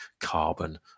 carbon